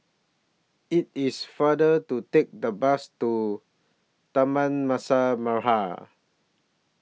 IT IS faster to Take The Bus to Taman Mas Merah